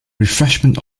refreshment